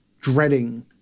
dreading